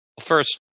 First